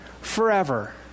Forever